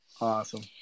Awesome